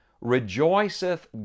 rejoiceth